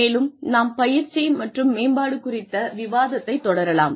மேலும் நாம் பயிற்சி மற்றும் மேம்பாடு குறித்த விவாதத்தை தொடரலாம்